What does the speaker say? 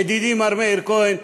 ידידי מר מאיר כהן,